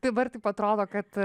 dabar taip atrodo kad